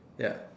ya